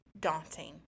daunting